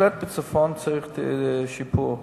בצפון בהחלט צריך שיפור,